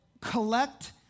collect